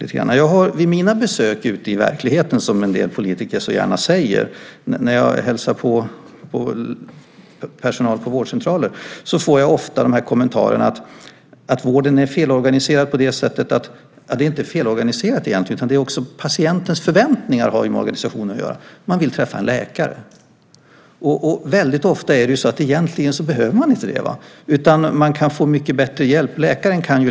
När jag träffar personal vid vårdcentraler i samband med mina besök ute i verkligheten, som en del politiker så gärna säger, får jag ofta kommentaren att vården egentligen inte är felorganiserad. Däremot har patienternas förväntningar med organisationen att göra. De vill träffa en läkare, trots att de ofta inte behöver det utan kan få mycket bättre hjälp på annat sätt.